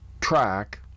track